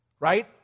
right